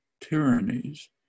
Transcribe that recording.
tyrannies